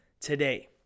today